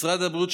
משרד הבריאות,